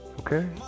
Okay